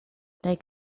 they